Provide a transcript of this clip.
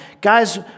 Guys